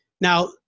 Now